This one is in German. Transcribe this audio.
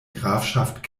grafschaft